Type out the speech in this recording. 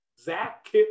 Zach